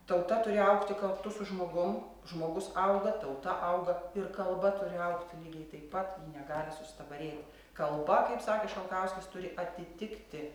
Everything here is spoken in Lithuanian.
tauta turi augti kartu su žmogum žmogus auga tauta auga ir kalba turi augti lygiai taip pat ji negali sustabarėti kalba kaip sakė šalkauskis turi atitikti